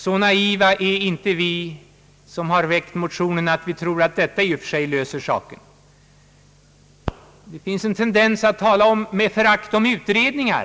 Så naiva är inte vi som har väckt motionen att vi tror att detta i och för sig löser problemet! Det finns en tendens att med förakt tala om utredningar.